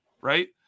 right